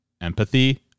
empathy